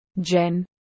Jen